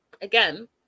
again